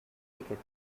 ticket